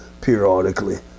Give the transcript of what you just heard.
periodically